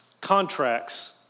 contracts